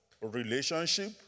relationship